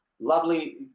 Lovely